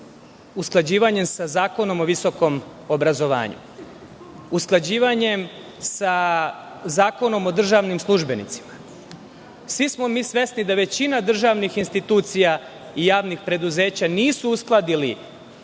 ministarstva, sa Zakonom o visokom obrazovanju, usklađivanjem sa Zakonom o državnim službenicima, jer svi smo mi svesni da većina državnih institucija i javnih preduzeća nisu uskladili